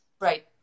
Right